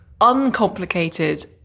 uncomplicated